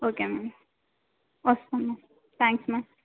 okay ma'am వస్తాము ma'am thanks ma'am